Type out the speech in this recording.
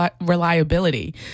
reliability